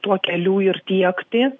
tuo keliu ir tiekti